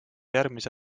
järgmise